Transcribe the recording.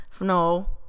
No